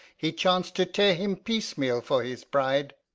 he chance to tear him piecemeal for his pride.